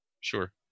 Sure